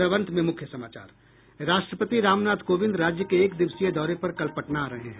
और अब अंत में मुख्य समाचार राष्ट्रपति रामनाथ कोविंद राज्य के एक दिवसीय दौरे पर कल पटना आ रहे हैं